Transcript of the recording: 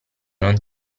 non